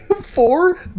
Four